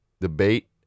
debate